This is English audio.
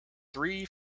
three